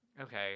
Okay